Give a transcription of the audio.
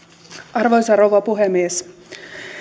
arvoisa rouva puhemies